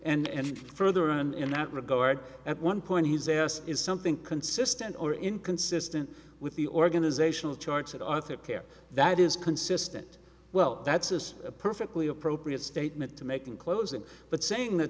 no and further and in that regard at one point he's asked is something consistent or inconsistent with the organizational charts of arctic air that is consistent well that's is a perfectly appropriate statement to make in closing but saying that